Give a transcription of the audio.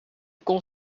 kon